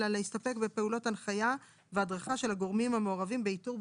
אלא להסתפק בפעולות הנחייה והדרכה של הגורמים המעורבים באיתור,